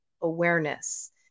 awareness